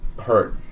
hurt